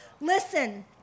Listen